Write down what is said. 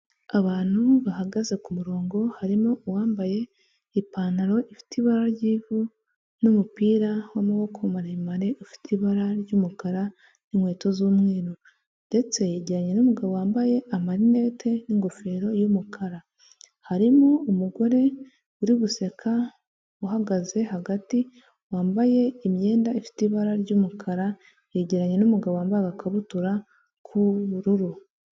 Abantu bahagaze kumurongo harimo uwambaye ipantaro ifite ibara ry'ivu n'umupira wamaboko maremare, ufite ibara ry'umukara n'ninkweto z'umweru, ndetse yegeranye n'umugabo wambaye amanete n'ingofero y'umukara, harimo umugore uri guseka uhagaze hagati wambaye imyenda ifite ibara ry'umukara yegeranye n'umugabo wambaye agakabutura k'ubururu.